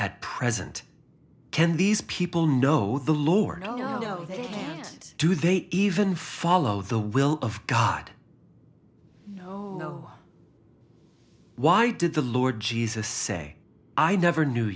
at present can these people know the lord and do they even follow the will of god why did the lord jesus say i never knew